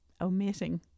omitting